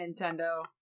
Nintendo